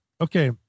Okay